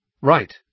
Right